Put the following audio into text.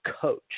coach